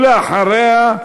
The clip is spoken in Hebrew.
אחריה,